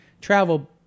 travel